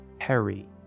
Harry